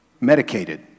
Medicated